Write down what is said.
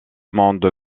monde